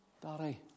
Daddy